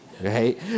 right